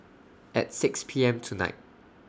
At six P M tonight